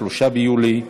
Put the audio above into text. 3 ביולי 2017,